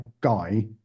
guy